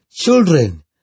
Children